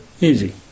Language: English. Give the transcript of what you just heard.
easy